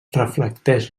reflecteix